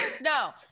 no